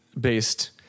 based